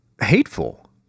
hateful